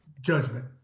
judgment